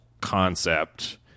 concept